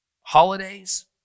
holidays